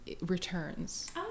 returns